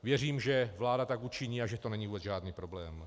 Věřím, že vláda tak učiní a že to není vůbec žádný problém.